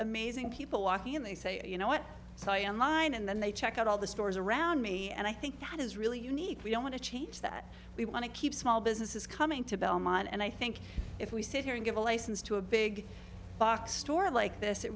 amazing people walking in they say you know what so i am line and then they check out all the stores around me and i think that is really unique we don't want to change that we want to keep small businesses coming to belmont and i think if we sit here and give a license to a big box store like this it